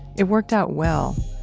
it worked out well.